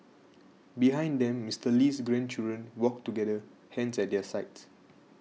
behind them Mister Lee's grandchildren walked together hands at their sides